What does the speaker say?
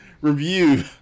review